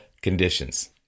conditions